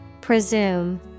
Presume